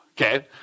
okay